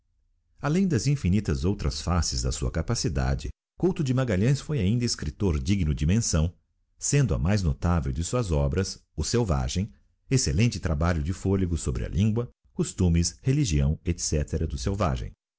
além de infinitas outras faces da sua capacidade couto de magalhães foi ainda escriptor digno de mensão sendo a mais notável de suas obras o selvagem excellente trabalho de fôlego sobre a lingua costumes religião etc do selvagem